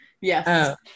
Yes